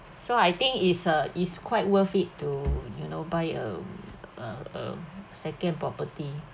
so I think is uh is quite worth it to you know buy um a um second property